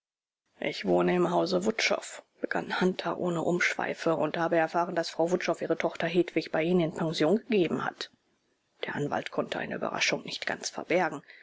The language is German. ich wohne im hause wutschow begann hunter ohne umschweife und habe erfahren daß frau wutschow ihre tochter hedwig bei ihnen in pension gegeben hat der anwalt konnte eine überraschung nicht ganz verbergen